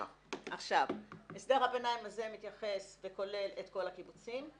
הסדר הביניים הזה מתייחס וכלל את כל הקיבוצים.